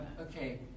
Okay